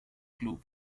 club